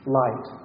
light